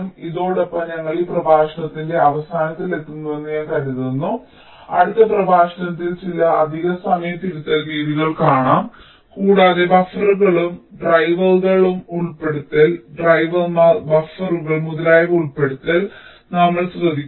ഇതോടൊപ്പം ഞങ്ങൾ ഈ പ്രഭാഷണത്തിന്റെ അവസാനത്തിൽ എത്തുമെന്ന് ഞാൻ കരുതുന്നു അടുത്ത പ്രഭാഷണത്തിൽ ചില അധിക സമയ തിരുത്തൽ രീതികൾ കാണും കൂടാതെ ബഫറുകളും ഡ്രൈവറുകളും ഉൾപ്പെടുത്തൽ ഡ്രൈവർമാർ ബഫറുകൾ മുതലായവ ഉൾപ്പെടുത്തുന്നത് നമ്മൾ ശ്രദ്ധിക്കുന്നു